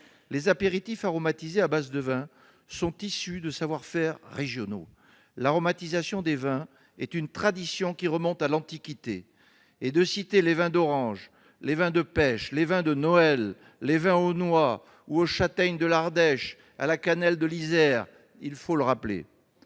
Les apéritifs aromatisés à base de vin sont issus de savoir-faire régionaux. L'aromatisation des vins est une tradition qui remonte à l'Antiquité. Songeons aux vins d'orange, aux vins de pêche, aux vins de Noël, aux vins aux noix, aux châtaignes de l'Ardèche ou à la cannelle de l'Isère. Que de poésie